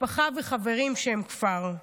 משפחה וחברים שהם כפר.